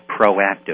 proactive